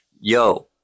Yo